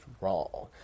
wrong